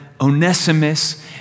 Onesimus